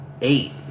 eight